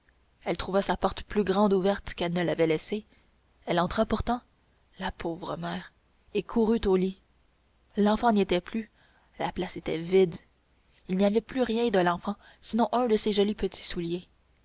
elle trouva sa porte plus grande ouverte qu'elle ne l'avait laissée elle entra pourtant la pauvre mère et courut au lit l'enfant n'y était plus la place était vide il n'y avait plus rien de l'enfant sinon un de ses jolis petits souliers